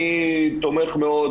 אני תומך מאוד,